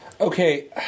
Okay